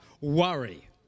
worry